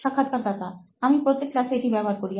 সাক্ষাৎকারদাতা আমি প্রত্যেক ক্লাসে এটি ব্যবহার করি